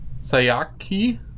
Sayaki